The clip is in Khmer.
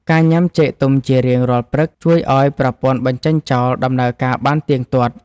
ការញ៉ាំចេកទុំជារៀងរាល់ព្រឹក ជួយឱ្យប្រព័ន្ធបញ្ចេញចោលដំណើរការបានទៀងទាត់។